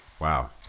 Wow